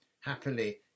happily